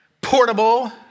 portable